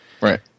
Right